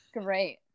great